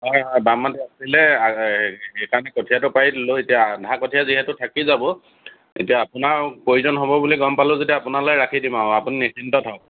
হয় হয় বাম মাটি আছিল সেইকাৰণে কঠীয়াটো পাৰি দিলোঁ আধা কঠীয়া যিহেতু থাকি যাব এতিয়া আপোনাৰ ও প্ৰয়োজন হৱ বুলি গম পালোঁ যেতিয়া আপোনালৈ ৰাখি দিম আৰু আপুনি নিশ্চিন্তে থাকক